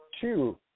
two